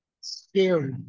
scary